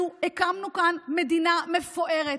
אנחנו הקמנו כאן מדינה מפוארת,